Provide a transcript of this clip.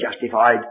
justified